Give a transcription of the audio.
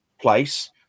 place